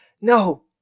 No